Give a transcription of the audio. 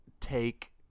take